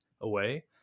away